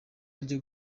ryo